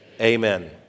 amen